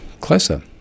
closer